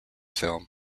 film